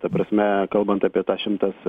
ta prasme kalbant apie tą šimtas